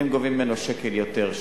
אם גובים ממנו שקל יותר,